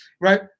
Right